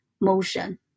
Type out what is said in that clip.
motion